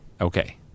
Okay